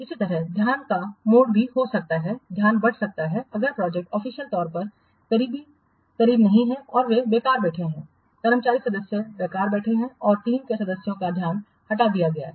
इसी तरह ध्यान का मोड़ भी हो सकता है अगर प्रोजेक्ट ऑफिशियल तौर पर करीब नहीं है तो वे बेकार बैठेंगे कर्मचारी सदस्य बेकार बैठेंगे और टीम के सदस्यों का ध्यान हटा दिया जाएगा